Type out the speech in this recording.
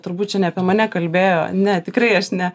turbūt čia ne apie mane kalbėjo ne tikrai ne